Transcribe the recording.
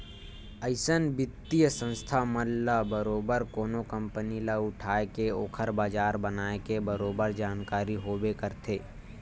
अइसन बित्तीय संस्था मन ल बरोबर कोनो कंपनी ल उठाय के ओखर बजार बनाए के बरोबर जानकारी होबे करथे